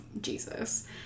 Jesus